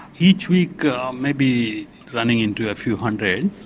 each week maybe running into a few hundred.